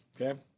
Okay